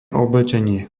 oblečenie